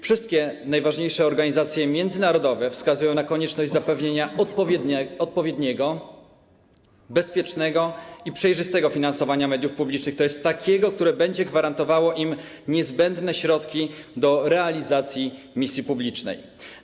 Wszystkie najważniejsze organizacje międzynarodowe wskazują na konieczność zapewnienia odpowiedniego, bezpiecznego i przejrzystego finansowania mediów publicznych, tj. takiego, które będzie gwarantowało im środki niezbędne do realizacji misji publicznej.